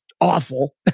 awful